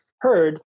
heard